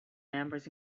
members